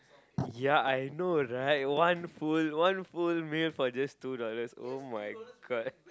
ya I know right one full one full meal for just two dollars [oh]-my-god